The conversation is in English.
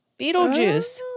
Beetlejuice